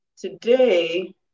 today